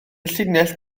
llinell